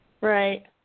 Right